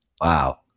Wow